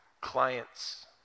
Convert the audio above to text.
clients